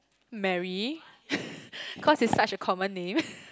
Mary cause it's such a common name